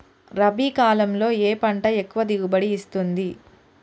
రబీ కాలంలో ఏ పంట ఎక్కువ దిగుబడి ఇస్తుంది?